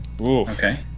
Okay